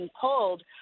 pulled